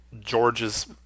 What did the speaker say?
George's